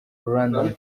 rwandan